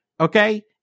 Okay